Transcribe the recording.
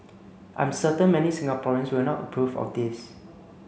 I'm certain many Singaporeans will not approve of this